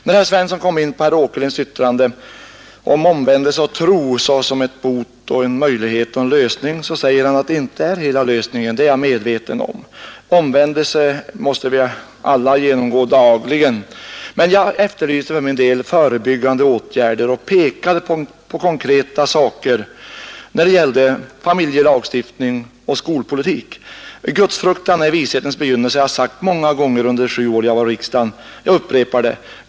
När herr Svensson i Kungälv kom in på herr Åkerlinds särskilda yttrande i utskottets betänkande om omvändelse och tro såsom bot och möjlighet till en lösning säger han att det inte är hela lösningen. Det är jag medveten om. Alla måste vi dagligen genomgå en omvändelse. Men jag efterlyste en del förebyggande åtgärder och pekade på konkreta saker när det gällde familjelagstiftning och skolpolitik. Gudsfruktan är vishetens begynnelse — det har jag sagt många gånger under de 7 år jag varit i riksdagen, och jag upprepar det.